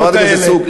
חברת הכנסת סטרוק,